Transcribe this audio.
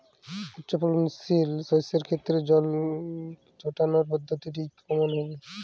উচ্চফলনশীল শস্যের ক্ষেত্রে জল ছেটানোর পদ্ধতিটি কমন হবে?